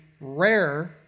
rare